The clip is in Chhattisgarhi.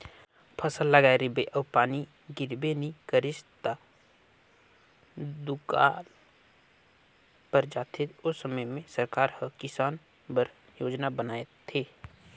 फसल लगाए रिबे अउ पानी गिरबे नी करिस ता त दुकाल पर जाथे ओ समे में सरकार हर किसान बर योजना बनाथे